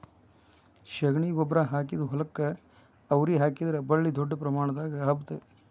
ಶಗಣಿ ಗೊಬ್ಬ್ರಾ ಹಾಕಿದ ಹೊಲಕ್ಕ ಅವ್ರಿ ಹಾಕಿದ್ರ ಬಳ್ಳಿ ದೊಡ್ಡ ಪ್ರಮಾಣದಾಗ ಹಬ್ಬತೈತಿ